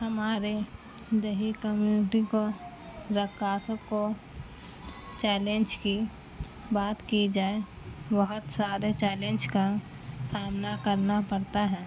ہمارے دیہی کمیونٹی کو رقاص کو چیلنج کی بات کی جائے بہت سارے چیلنج کا سامنا کرنا پڑتا ہے